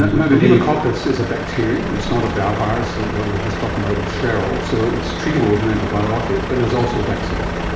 now, the pneumococcus is a bacterium, it's not a but ah virus that we were just talking about with cheryl, so it's treatable with an antibiotic, but there is also vaccines.